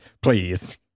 please